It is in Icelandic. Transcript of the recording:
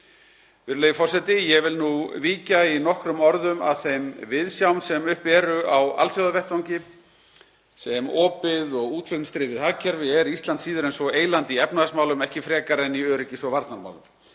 Virðulegi forseti. Ég vil nú víkja nokkrum orðum að þeim viðsjám sem uppi eru á alþjóðavettvangi. Sem opið og útflutningsdrifið hagkerfi er Ísland síður en svo eyland í efnahagsmálum, ekki frekar en í öryggis- og varnarmálum.